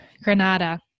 Granada